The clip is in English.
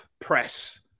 press